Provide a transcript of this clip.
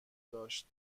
داشت